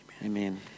Amen